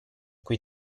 cui